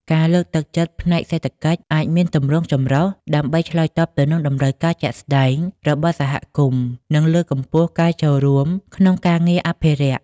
ការលើកទឹកចិត្តផ្នែកសេដ្ឋកិច្ចអាចមានទម្រង់ចម្រុះ ដើម្បីឆ្លើយតបទៅនឹងតម្រូវការជាក់ស្តែងរបស់សហគមន៍ និងលើកកម្ពស់ការចូលរួមក្នុងការងារអភិរក្ស។